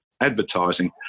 advertising